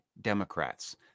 Democrats